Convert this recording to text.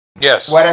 Yes